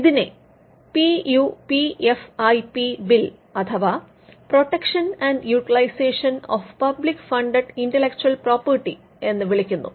ഇതിനെ P U P F I P bill അഥവാ protection and utilisation of public funded intellectual property എന്ന് വിളിക്കുന്നു